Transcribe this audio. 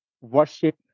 worship